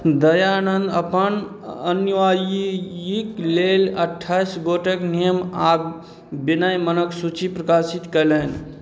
दयानन्द अपन अनुयायीके लेल अट्ठाइस गोटक नियम आओर विनयमनक सूची प्रकाशित कएलनि